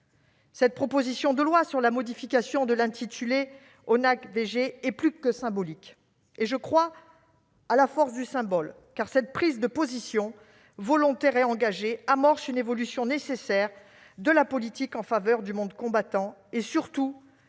Cette proposition de loi sur la modification de l'intitulé de l'ONACVG est plus que symbolique, mais je crois à la force du symbole, car cette prise de position volontaire et engagée amorce une évolution nécessaire de la politique en faveur du monde combattant et, surtout,